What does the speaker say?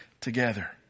together